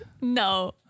No